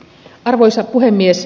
arvoisa puhemies